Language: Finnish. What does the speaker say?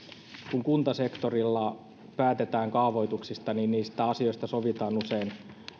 kun kuntasektorilla päätetään kaavoituksista niin niistä asioista sovitaan usein